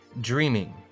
dreaming